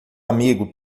amigo